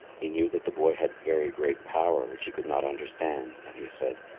he knew that the boy had very great power which he could not understand, and he said,